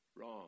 Wrong